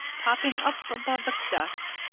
popping up above the dust,